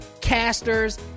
casters